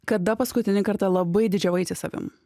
kada paskutinį kartą labai didžiavaisi savim